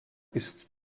ist